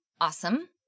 awesome